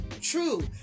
true